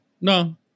no